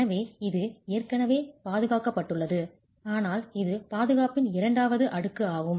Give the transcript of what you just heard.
எனவே இது ஏற்கனவே பாதுகாக்கப்பட்டுள்ளது ஆனால் இது பாதுகாப்பின் இரண்டாவது அடுக்கு ஆகும்